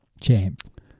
Champ